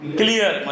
clear